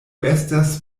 estas